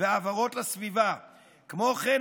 כמו כן,